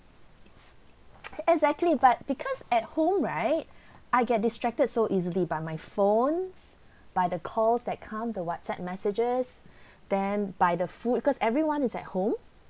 exactly but because at home right I get distracted so easily by my phones by the calls that come the whatsapp messages then by the food because everyone is at home